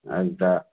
ꯑꯗꯨꯗ